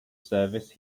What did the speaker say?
service